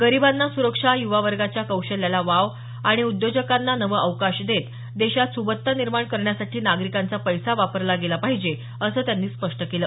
गरिबांना सुरक्षा युवा वर्गाच्या कौशल्याला वाव आणि उद्योजकांना नवं अवकाश देत देशात सुबत्ता निर्माण करण्यासाठी नागरिकांचा पैसा वापरला गेला पाहिजे असं त्यांनी स्पष्ट केलं